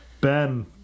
Ben